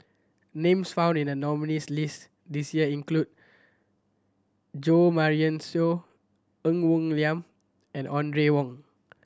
names found in the nominees' list this year include Jo Marion Seow Ng Woon Lam and Audrey Wong